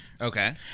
okay